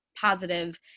positive